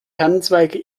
tannenzweige